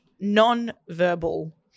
Non-verbal